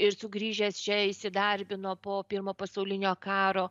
ir sugrįžęs čia įsidarbino po pirmo pasaulinio karo